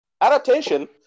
adaptation